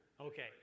Okay